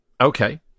Okay